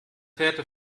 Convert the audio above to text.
verehrte